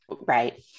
Right